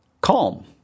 Calm